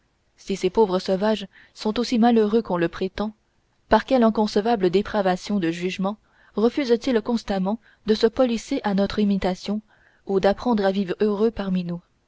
si ces pauvres sauvages sont aussi malheureux qu'on le prétend par quelle inconcevable dépravation de jugement refusent ils constamment de se policer à notre imitation ou d'apprendre à vivre heureux parmi nous